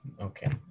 Okay